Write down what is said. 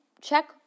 check